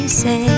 say